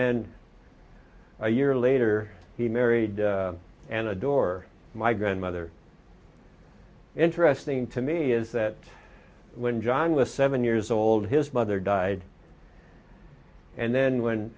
then a year later he married and adore my grandmother interesting to me is that when john was seven years old his mother died and then when